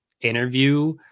interview